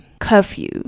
curfew